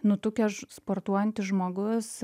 nutukęs sportuojantis žmogus